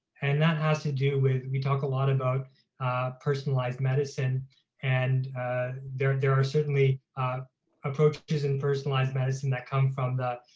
and that has to do with, we talk a lot about personalized medicine and there are are certainly approaches in personalized medicine that come from that,